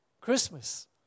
Christmas